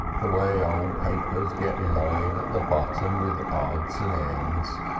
the way old papers get lying at the bottom with odds and ends.